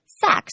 sex